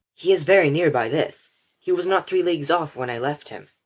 he is very near by this he was not three leagues off when i left him.